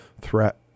threat